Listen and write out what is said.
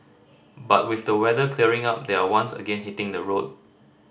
but with the weather clearing up they are once again hitting the road